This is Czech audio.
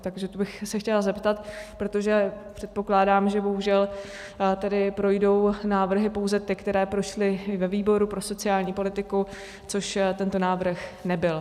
Takže to bych se chtěla zeptat, protože předpokládám, že bohužel projdou návrhy pouze ty, které prošly ve výboru pro sociální politiku, což tento návrh nebyl.